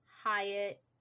Hyatt